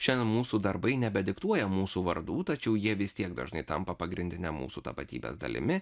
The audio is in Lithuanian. šiandien mūsų darbai nebediktuoja mūsų vardų tačiau jie vis tiek dažnai tampa pagrindine mūsų tapatybės dalimi